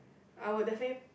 I would definitely